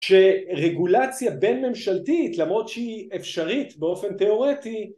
שרגולציה בין ממשלתית למרות שהיא אפשרית באופן תיאורטי,